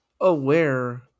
aware